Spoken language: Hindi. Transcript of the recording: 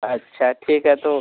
अच्छा ठीक है तो